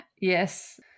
yes